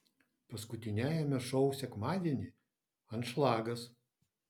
paskutiniajame šou sekmadienį anšlagas